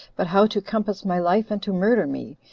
but how to compass my life and to murder me,